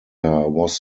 was